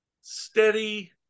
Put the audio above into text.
steady